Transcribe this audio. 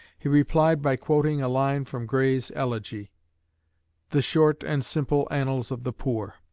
he replied by quoting a line from gray's elegy the short and simple annals of the poor.